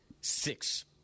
six